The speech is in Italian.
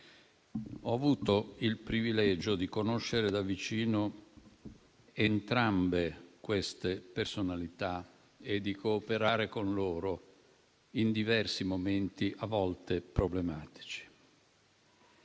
Ho avuto il privilegio di conoscere da vicino entrambe queste personalità e di cooperare con loro in diversi momenti, a volte problematici.